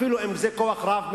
אפילו אם זה כוח רב,